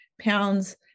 pounds